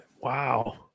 Wow